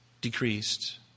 decreased